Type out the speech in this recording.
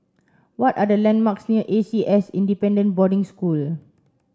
what are the landmarks near A C S Independent Boarding School